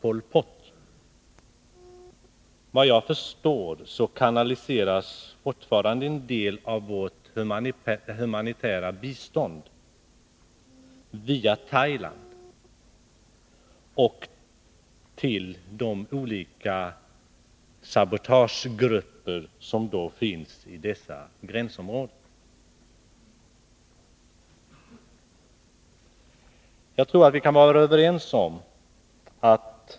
Efter vad jag förstår kanaliseras fortfarande en del av vårt humanitära bistånd via Thailand till de olika sabotagegrupper som finns i dessa gränsområden.